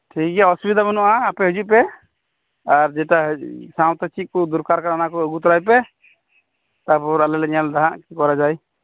ᱴᱷᱤᱠ ᱜᱮᱭᱟ ᱚᱥᱩᱵᱤᱫᱟ ᱵᱟᱱᱩᱜᱼᱟ ᱟᱯᱮ ᱦᱤᱡᱩᱜ ᱯᱮ ᱟᱨ ᱡᱮᱴᱟ ᱥᱟᱶᱛᱮ ᱪᱮᱜ ᱠᱚ ᱫᱚᱨᱠᱟᱨ ᱠᱟᱱᱟ ᱚᱱᱟ ᱠᱚ ᱟᱹᱜᱩ ᱛᱚᱨᱟᱭ ᱯᱮ ᱛᱟᱯᱚᱨ ᱟᱞᱮᱞᱮ ᱧᱮᱞ ᱮᱫᱟ ᱦᱟᱸᱜ ᱠᱤ ᱠᱚᱨᱟ ᱡᱟᱭ